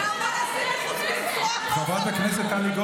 ומה אתה רוצה, נעמה לזימי, חוץ מלצרוח,